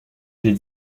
des